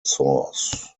source